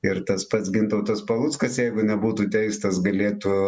ir tas pats gintautas paluckas jeigu nebūtų teistas galėtų